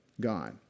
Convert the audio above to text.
God